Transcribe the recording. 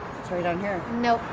right down here. no,